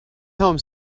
home